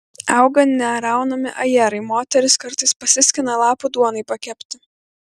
auga neraunami ajerai moterys kartais pasiskina lapų duonai pakepti